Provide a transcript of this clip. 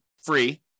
free